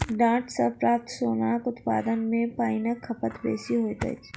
डांट सॅ प्राप्त सोनक उत्पादन मे पाइनक खपत बेसी होइत अछि